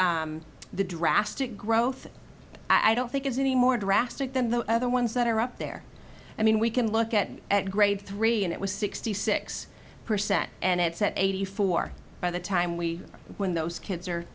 drastic growth i don't think is any more drastic than the other ones that are up there i mean we can look at at grade three and it was sixty six percent and it's at eighty four by the time we win those kids are